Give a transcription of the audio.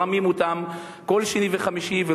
מרמים אותם כל שני וחמישי,